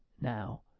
Now